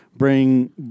Bring